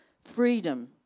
freedom